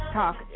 talk